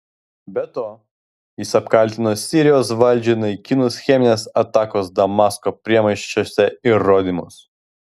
be to jis apkaltino sirijos valdžią naikinus cheminės atakos damasko priemiesčiuose įrodymus